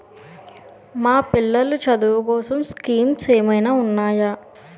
మా పిల్లలు చదువు కోసం స్కీమ్స్ ఏమైనా ఉన్నాయా?